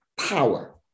power